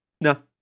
No